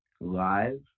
live